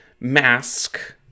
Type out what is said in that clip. mask